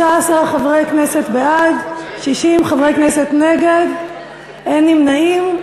13 חברי כנסת בעד, 60 חברי כנסת נגד, אין נמנעים.